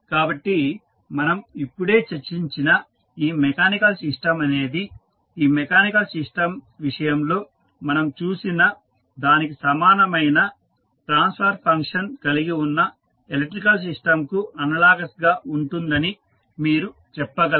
కాబట్టి మనము ఇప్పుడే చర్చించిన ఈ మెకానికల్ సిస్టం అనేది ఈ మెకానికల్ సిస్టం విషయంలో మనం చూసిన దానికి సమానమైన ట్రాన్స్ఫర్ ఫంక్షన్ కలిగి ఉన్న ఎలక్ట్రికల్ సిస్టంకు అనలాగస్ గా ఉంటుందని మీరు చెప్పగలరు